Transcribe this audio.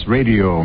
Radio